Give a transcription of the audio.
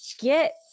get